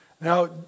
Now